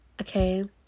okay